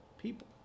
people